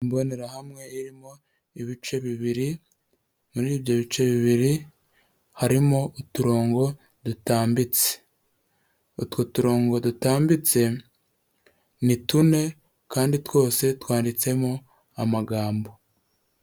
Imbonerahamwe irimo ibice bibiri, muri ibyo bice bibiri harimo uturongo dutambitse, utwo turongo dutambitse ni tune kandi twose twanditsemo amagambo.